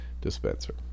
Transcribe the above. dispenser